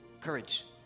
courage